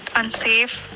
unsafe